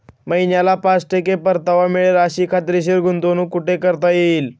महिन्याला पाच टक्के परतावा मिळेल अशी खात्रीशीर गुंतवणूक कुठे करता येईल?